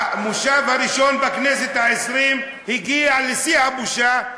והמושב הראשון בכנסת העשרים הגיע לשיא הבושה,